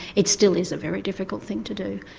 it still is a very difficult thing to do.